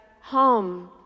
home